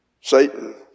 Satan